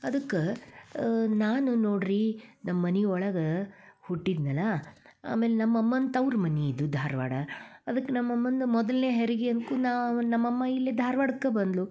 ಅದಕ್ಕೆ ನಾನು ನೋಡಿರಿ ನಮ್ಮ ಮನೆ ಒಳಗೆ ಹುಟ್ಟಿದ್ನಲ್ಲ ಆಮೇಲೆ ನಮ್ಮ ಅಮ್ಮನ ತವ್ರು ಮನೆ ಇದು ಧಾರವಾಡ ಅದಕ್ಕೆ ನಮ್ಮ ಅಮ್ಮಂದು ಮೊದಲನೇ ಹೆರಿಗೆ ಅನ್ಕು ನಾವು ನಮ್ಮ ಅಮ್ಮ ಇಲ್ಲಿ ಧಾರ್ವಾಡಕ್ಕೆ ಬಂದ್ಳು